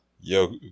Yo